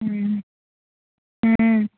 हुँ हुँ